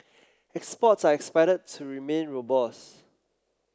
exports are expected to remain robust